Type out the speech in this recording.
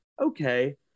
Okay